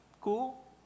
cool